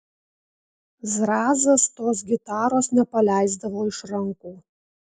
zrazas tos gitaros nepaleisdavo iš rankų